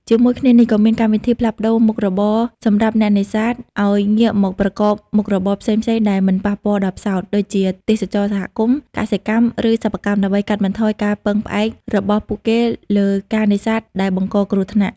ជាមួយគ្នានេះ ក៏មានកម្មវិធីផ្លាស់ប្តូរមុខរបរសម្រាប់អ្នកនេសាទឱ្យងាកមកប្រកបមុខរបរផ្សេងៗដែលមិនប៉ះពាល់ដល់ផ្សោត ដូចជាទេសចរណ៍សហគមន៍ កសិកម្ម ឬសិប្បកម្ម ដើម្បីកាត់បន្ថយការពឹងផ្អែករបស់ពួកគេលើការនេសាទដែលបង្កគ្រោះថ្នាក់។